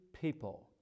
people